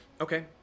Okay